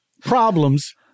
Problems